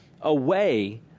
away